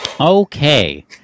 Okay